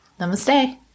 Namaste